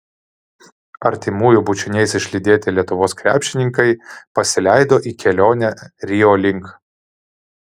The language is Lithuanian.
artimųjų bučiniais išlydėti lietuvos krepšininkai pasileido į kelionę rio link